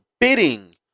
bidding